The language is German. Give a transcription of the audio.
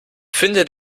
finde